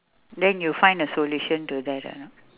then you find the solution to that or not